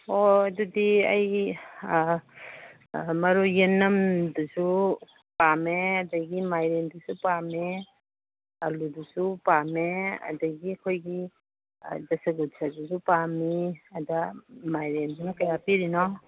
ꯑꯣ ꯑꯗꯨꯗꯤ ꯑꯩ ꯃꯔꯣꯏ ꯌꯦꯅꯝꯗꯨꯁꯨ ꯄꯥꯝꯃꯦ ꯑꯗꯒꯤ ꯃꯥꯏꯔꯦꯟꯗꯨꯁꯨ ꯄꯥꯝꯃꯦ ꯑꯥꯂꯨꯗꯨꯁꯨ ꯄꯥꯝꯃꯦ ꯑꯗꯒꯤ ꯑꯩꯈꯣꯏꯒꯤ ꯗꯁꯀꯨꯁꯗꯨꯁꯨ ꯄꯥꯝꯃꯤ ꯑꯗ ꯃꯥꯏꯔꯦꯟꯁꯤꯅ ꯀꯌꯥ ꯄꯤꯔꯤꯅꯣ